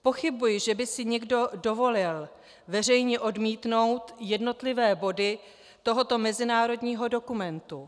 Pochybuji, že by si někdo dovolil veřejně odmítnout jednotlivé body tohoto mezinárodního dokumentu.